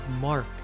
mark